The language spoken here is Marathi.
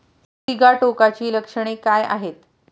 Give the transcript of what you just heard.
सिगाटोकाची लक्षणे काय आहेत?